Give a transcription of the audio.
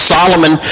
Solomon